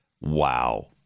Wow